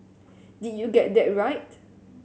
did you get that right